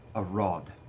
a rod.